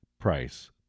price